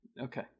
okay